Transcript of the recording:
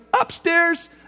upstairs